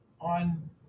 on